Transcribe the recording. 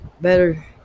Better